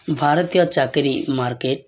ଭାରତୀୟ ଚାକିରି ମାର୍କେଟ୍